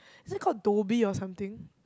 is it called Dobby or something